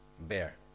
bear